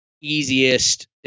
easiest